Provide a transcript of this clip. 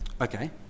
Okay